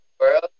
world